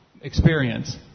experience